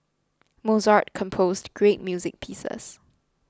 Mozart composed great music pieces